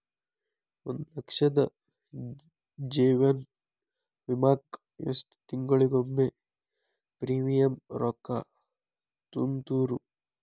ಒಂದ್ ಲಕ್ಷದ ಜೇವನ ವಿಮಾಕ್ಕ ಎಷ್ಟ ತಿಂಗಳಿಗೊಮ್ಮೆ ಪ್ರೇಮಿಯಂ ರೊಕ್ಕಾ ತುಂತುರು?